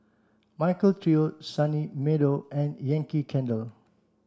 Michael Trio Sunny Meadow and Yankee Candle